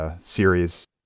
series